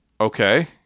Okay